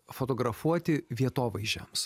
fotografuoti vietovaizdžiams